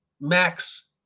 Max